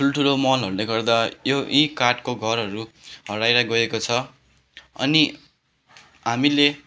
ठुल्ठुलो महलहरूले गर्दा यो यी काठको घरहरू हराएर गएको छ अनि हामीले